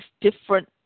different